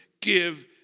give